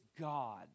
God